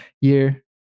year